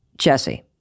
Jesse